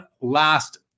last